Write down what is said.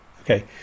Okay